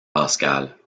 pascal